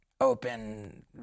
open